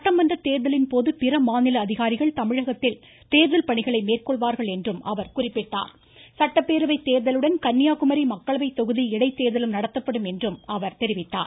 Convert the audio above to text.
சட்டமன்ற தேர்தலின் போது பிற மாநில அதிகாரிகள் தமிழகத்தில் தேர்தல் பணிகளை மேற்கொள்வார்கள் என்றும் அவர் குறிப்பிட்டார் சட்டப்பேரவை தேர்தலுடன் கன்னியாகுமரி மக்களவை தொகுதி இடைத்தேர்தலும் நடத்தப்படும் என்றும் அவர் கூறினார்